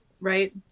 right